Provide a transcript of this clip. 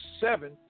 seven